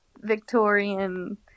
Victorian